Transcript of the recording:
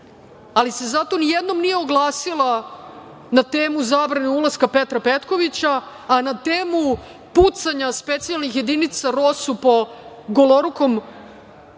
Ali se zato ni jednom nije oglasila na temu zabrane ulaska Petra Petkovića, a na temu pucanja specijalnih jedinica Rosu po golorukom